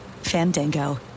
Fandango